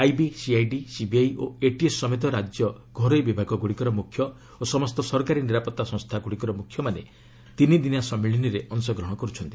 ଆଇବି CID CBI ଓ ATS ସମେତ ରାଜ୍ୟ ଘରୋଇ ବିଭାଗଗୁଡ଼ିକର ମୁଖ୍ୟ ଓ ସମସ୍ତ ସରକାରୀ ନିରାପତ୍ତା ସଂସ୍ଥାଗୁଡ଼ିକର ମୁଖ୍ୟମାନେ ତିନିଦିନିଆ ସମ୍ମିଳନୀରେ ଅଂଶଗ୍ରହଣ କରୁଛନ୍ତି